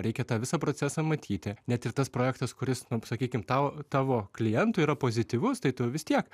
reikia tą visą procesą matyti net ir tas projektas kuris sakykim tau tavo klientui yra pozityvus tai tu vis tiek